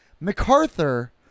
MacArthur